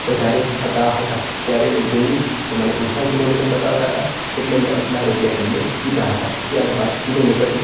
વધારે થતા હતા ત્યારે મેં જોયું તો મને ઓછા કિલોમીટર બતાવતા હતા એટલે મેં આટલા રૂપિયા તમને કીધા હતા ત્યારબાદ કિલોમીટર